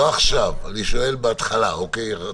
אני שואל מה היה קודם.